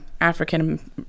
African